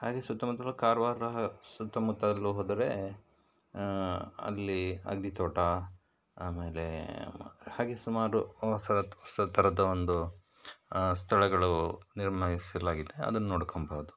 ಹಾಗೆ ಸುತ್ತಮುತ್ತಲೂ ಕಾರವಾರ ಸುತ್ತಮುತ್ತಲು ಹೋದರೆ ಅಲ್ಲಿ ತೋಟ ಆಮೇಲೆ ಹಾಗೆ ಸುಮಾರು ಹೊಸ ಹೊಸ ಥರದ ಒಂದು ಸ್ಥಳಗಳು ನಿರ್ಮಿಸಲಾಗಿದೆ ಅದನ್ನು ನೋಡ್ಕೊಂಬೌದು